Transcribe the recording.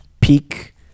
peak